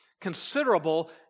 considerable